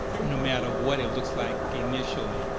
no matter what it looks like initially.